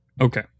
okay